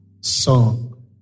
Song